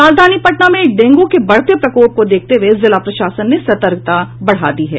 राजधानी पटना में डेंगू के बढ़ते प्रकोप को देखते हुये जिला प्रशासन ने सतर्कता बढ़ा दी है